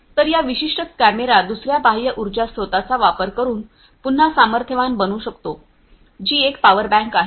तर हा विशिष्ट कॅमेरा दुसऱ्या बाह्य उर्जा स्त्रोताचा वापर करुन पुन्हा सामर्थ्यवान बनू शकतो जी एक पॉवर बँक आहे